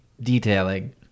detailing